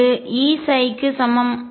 இது E க்கு சமம்